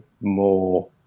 more